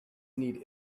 need